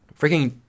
freaking